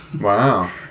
Wow